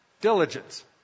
Diligence